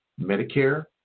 medicare